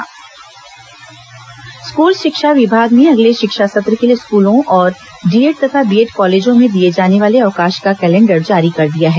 चालीस हजार स्कल अवकाश स्कूल शिक्षा विभाग ने अगले शिक्षा सत्र के लिए स्कूलों और डीएड तथा बीएड कॉलेजों में दिए जाने वाले अवकाश का कैलेंडर जारी कर दिया है